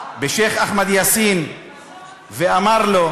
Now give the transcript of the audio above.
בשיח' אחמד יאסין ואמר לו,